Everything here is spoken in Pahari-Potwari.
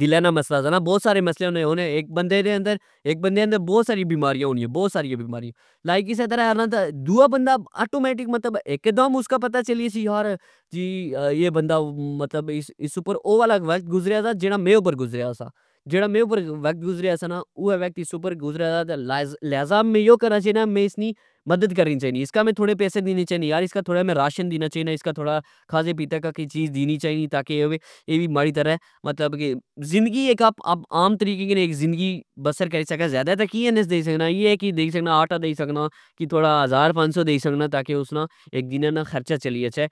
،دلہ نا مصعلہ سا بوت سارے مصعلے ہونے اک بندے اندر بوت ساری بیماریاں ہونیا بوت ساری بیماریا لائک اسہ ترہ آنا دؤا بندا آٹومیٹک مطلب اسا پتا چلی جاسی یار جی اے بندا مطلب اس اپر او آلا وقت گزریا سا جیڑا میں اپر گزیا سا ۔جیڑا میں اپر وقت گزریا سا نا اوہہ وقت اس اپر گزریا نا لہٰذ می او کرنا چائی نا می اسنی مدد کرنی چائی نی اسکا میں تھوڑے پیسے دتے چائی نے اسکا میں تھوڑا راچن دتا چائی نا اسکا میں کھادے پیتے کہ کوئی چیز دتی چائی نی تاکہ اے وی ماڑے ترہ مظلب کہ زندگی اک کہ عام طریقے کی زندگی بسر کری سکہ زئدہ تہ کیا نا دئی سکنا کہ اییہ کج دئی سکنا آٹا دئی سکنا زار پنج سو دئی سکناتاکہ اسنا اک دنہ نا خرچہ چلی گچھہ۔